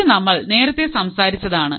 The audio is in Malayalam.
ഇത് നമ്മൾ നേരത്തെ സംസാരിച്ചതാണ്